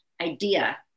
idea